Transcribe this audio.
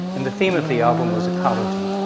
and the theme of the album was ecology.